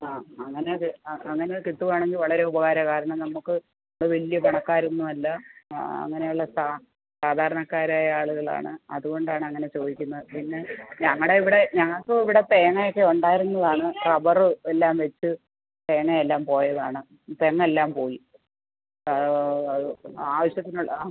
ആ അങ്ങനെ അതെ ആ അങ്ങനെ കിട്ടുകയാണെങ്കിൽ വളരെ ഉപകാരമാണ് കാരണം നമ്മൾക്ക് വലിയ പണക്കാർ ഒന്നും അല്ല ആ അങ്ങനെ ഉള്ള സാധാരണക്കാരായ ആളുകളാണ് അതുകൊണ്ടാണ് അങ്ങനെ ചോദിക്കുന്നത് പിന്നെ ഞങ്ങളെ ഇവിടെ ഞങ്ങൾക്ക് ഇവിടെ തേങ്ങ ഒക്കെ ഉണ്ടായിരുന്നതാണ് റബ്ബറും എല്ലാം വച്ച് തേങ്ങ എല്ലാം പോയതാണ് തെങ്ങ് എല്ലാം പോയി ആവശ്യത്തിന് ഉള്ള